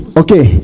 okay